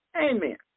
Amen